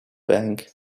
bank